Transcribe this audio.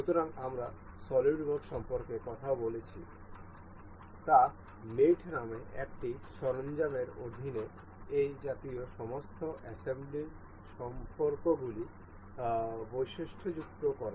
সুতরাং আমরা সলিডওয়ার্কস সম্পর্কে কথা বলছি তা মেট নামে একটি সরঞ্জামের অধীনে এই জাতীয় সমস্ত অ্যাসেম্বলির সম্পর্কগুলি বৈশিষ্ট্যযুক্ত করে